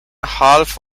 half